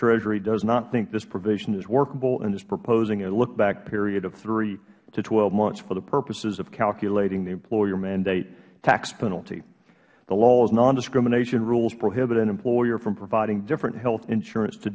treasury does not think this provision is workable and is proposing a holdback period of three to twelve months for the purpose of calculating the employer mandate tax penalty the laws non discrimination rules prohibit an employer from providing different health insurance to